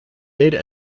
data